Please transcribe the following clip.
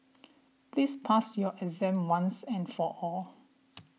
please pass your exam once and for all